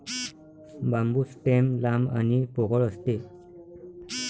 बांबू stem लांब आणि पोकळ असते